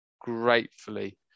gratefully